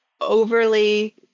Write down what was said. overly